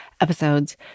episodes